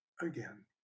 again